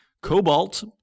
Cobalt